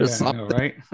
Right